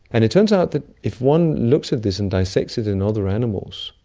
and it turns out that if one looks at this and dissects it in other animals,